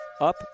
up